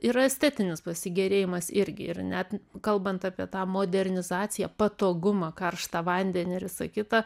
yra estetinis pasigėrėjimas irgi ir net kalbant apie tą modernizaciją patogumą karštą vandenį ir visa kita